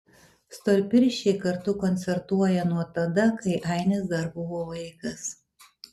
storpirščiai kartu koncertuoja nuo tada kai ainis dar buvo vaikas